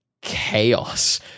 chaos